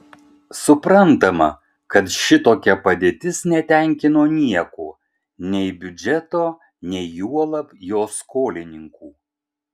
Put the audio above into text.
suprantama kad šitokia padėtis netenkino nieko nei biudžeto nei juolab jo skolininkų